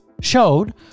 showed